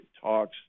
talks